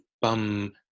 bum